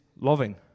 loving